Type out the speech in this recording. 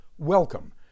Welcome